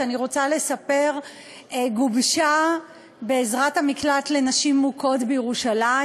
שאני רוצה לספר שגובשה בעזרת המקלט לנשים מוכות בירושלים,